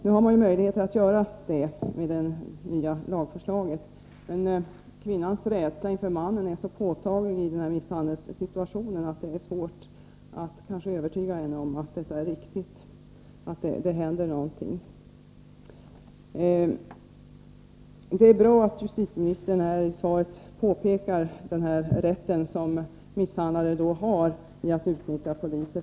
Nu har man ju med det nya lagförslaget möjligheter att göra det, men kvinnans rädsla inför mannen är i misshandelssituationen så påtaglig att det är svårt att övertyga henne om att det är angeläget att det händer någonting. Det är bra att justitieministern i svaret påpekar den rätt som misshandlade har att utnyttja poliser.